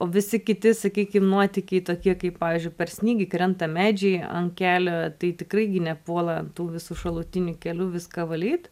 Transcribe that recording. o visi kiti sakykim nuotykiai tokie kaip pavyzdžiui per snygį krenta medžiai ant kelio tai tikrai gi nepuola tų visų šalutinių kelių viską valyt